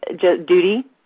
duty